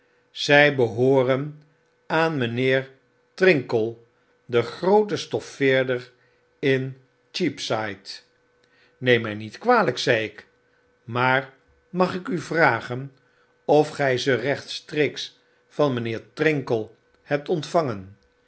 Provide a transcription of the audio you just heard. zij behooren aan mijnheer trinkle den grooten stoffeerder in cheapside neem my niet kwalijk zei ik maar magiku vragenof gy ze rechtstreeks van mijnheer trinkle hebt ontvangen